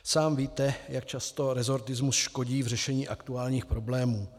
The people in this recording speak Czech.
Sám víte, jak často resortismus škodí v řešení aktuálních problémů.